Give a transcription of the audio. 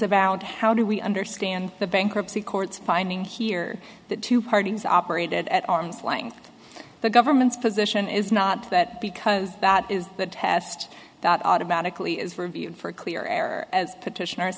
about how do we understand the bankruptcy courts finding here that two parties operated at arm's length the government's position is not that because that is the test that automatically is for view for clear error as petitioners